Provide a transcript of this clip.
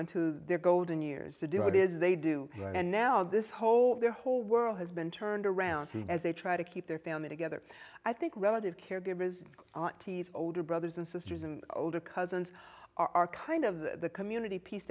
into their golden years to do what is they do right and now this whole their whole has been turned around as they try to keep their family together i think relative caregivers aunties older brothers and sisters and older cousins are kind of the community piece